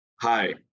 hi